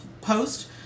post